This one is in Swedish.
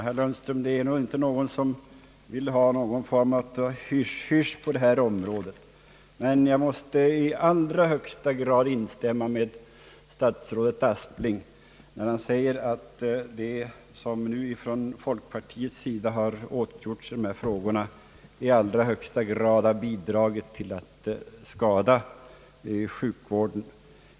Herr talman! Ja, herr Lundström, det är nog ingen som önskar någon form av hysch-hysch på detta område, men jag måste helt och hållet instämma med statsrådet Aspling när han säger att det som nu gjorts från folkpartiets sida härvidlag har i allra högsta grad bidragit till att skada sjukvården.